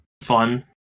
fun